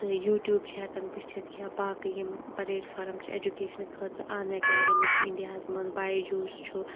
تہٕ YouTube چھِ ہیٚکان وُچھِتھ یا باقٕے یِم پَلیٹ فارَم چھِ ایٚجوکیشنہٕ خٲطرٕ اَن ایٚکیڈمی چھِ اِنڈیاہَس مَنٛز باے جوٗز چھُ